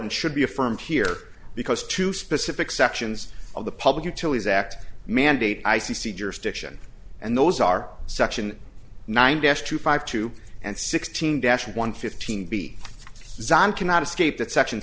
and should be affirmed here because two specific sections of the public utilities act mandate i c c jurisdiction and those are section nine dash two five two and sixteen dash one fifteen b design cannot escape that section